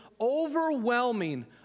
overwhelming